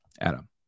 Adam